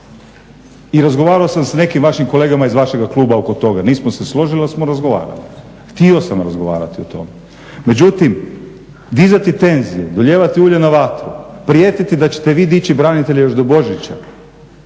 I razgovarao sam sa nekim vašim kolegama iz vašega kluba oko toga, nismo se složili, ali smo razgovarali, htio sam razgovarati o tome, međutim dizati tenzije, dolijevati ulje na vatru, prijetiti da ćete vi dići branitelje još do Božića.